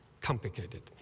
complicated